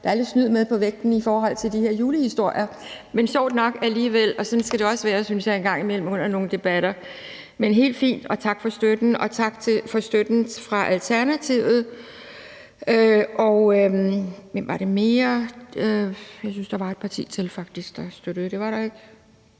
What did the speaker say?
der er lidt snyd med på vægten i forhold til de her julehistorier. Men det er sjovt nok alligevel, og sådan skal det også være en gang imellem under nogle debatter, synes jeg. Det er helt fint, og tak for støtten. Og tak for støtten fra Alternativet, og hvem var det mere? Jeg synes, der faktisk var et parti til, der støttede. Var der ikke